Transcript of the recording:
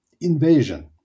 invasion